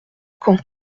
caen